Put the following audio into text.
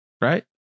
right